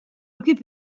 occupe